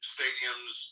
Stadiums